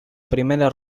primera